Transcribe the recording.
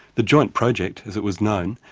the joint project, as it was known,